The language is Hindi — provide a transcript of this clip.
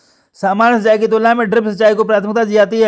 सामान्य सिंचाई की तुलना में ड्रिप सिंचाई को प्राथमिकता दी जाती है